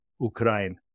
Ukraine